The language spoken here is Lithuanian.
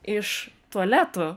iš tualetų